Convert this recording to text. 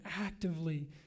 actively